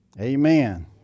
amen